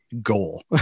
goal